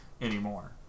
anymore